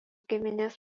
giminės